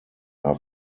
are